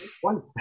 one